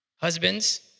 Husbands